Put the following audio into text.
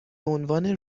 عنوان